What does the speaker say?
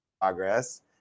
progress